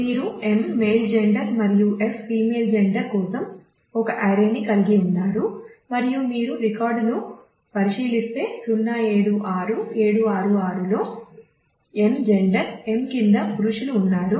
మీరు 'm' male gender కోసం ఒక అర్రేని కలిగి ఉన్నారు మరియు మీరు రికార్డును పరిశీలిస్తే 076766 లో m జెండర్ m కింద పురుషులు ఉన్నారు